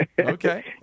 okay